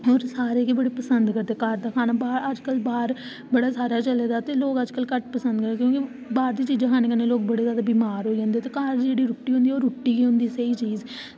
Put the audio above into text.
ते सारे गै पसंद करदे घर दा खाना अज्जकल बाहर बड़ा सारा चलै दा ते लोक बड़े घट्ट पसंद करदे क्योंकि बाहर दियां चीज़ां खानै कन्नै बड़े जादा बमार होई जंदे ते जेह्ड़ी घर दी रुट्टी निं ओह् रुट्टी होंदी स्हेई चीज़